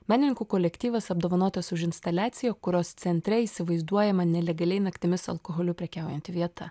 menininkų kolektyvas apdovanotas už instaliaciją kurios centre įsivaizduojama nelegaliai naktimis alkoholiu prekiaujanti vieta